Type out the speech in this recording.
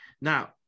now